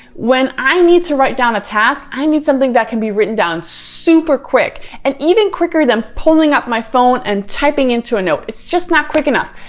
when i need to write down a task i need something that can be written down super quick and even quicker than pulling up my phone and typing into a note. it's just not quick enough.